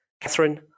Catherine